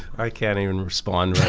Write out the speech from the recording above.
i can't even respond right